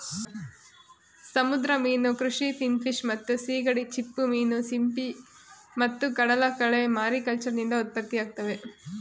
ಸಮುದ್ರ ಮೀನು ಕೃಷಿ ಫಿನ್ಫಿಶ್ ಮತ್ತು ಸೀಗಡಿ ಚಿಪ್ಪುಮೀನು ಸಿಂಪಿ ಮತ್ತು ಕಡಲಕಳೆ ಮಾರಿಕಲ್ಚರ್ನಿಂದ ಉತ್ಪತ್ತಿಯಾಗ್ತವೆ